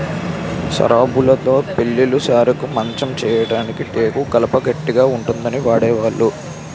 సరాబులుతో పెళ్లి సారెకి మంచం చేయించడానికి టేకు కలప గట్టిగా ఉంటుందని వాడేవాళ్లు